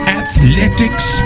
athletics